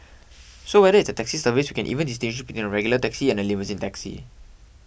so whether it's a taxi service we can even distinguish between a regular taxi and a limousine taxi